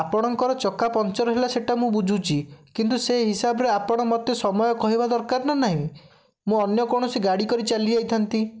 ଆପଣଙ୍କର ଚକା ପମ୍ପଚର ହେଲା ସେଇଟା ମୁଁ ବୁଝୁଛି କିନ୍ତୁ ସେହି ହିସାବରେ ଆପଣ ମତେ ସମୟ କହିବା ଦରକାର ନା ନାହିଁ ମୁଁ ଅନ୍ୟ କୌଣସି ଗାଡ଼ି କରି ଚାଲିଯାଇଥାନ୍ତି